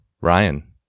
Ryan